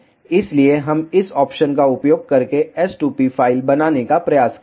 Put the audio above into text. इसलिए हम इस ऑप्शन का उपयोग करके s2p फ़ाइल बनाने का प्रयास करेंगे